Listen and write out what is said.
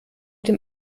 dem